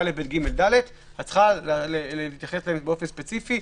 צריך להתייחס לנושאים באופן ספציפי,